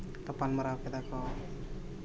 ᱜᱟᱯᱟᱞᱢᱟᱨᱟᱣ ᱠᱮᱫᱟ ᱠᱚ